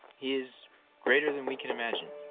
he is greater than we can imagine,